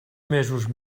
mesos